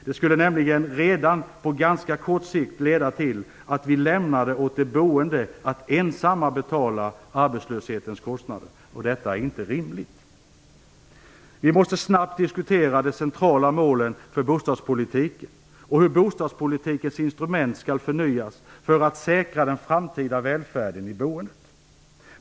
Det skulle nämligen redan på ganska kort sikt leda till att vi lämnade åt de boende att ensamma betala av arbetslöshetens kostnader. Det är inte rimligt. Vi måste snabbt diskutera de centrala målen för bostadspolitiken och hur bostadspolitikens instrument skall förnyas för att säkra den framtida välfärden i boendet.